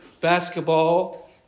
Basketball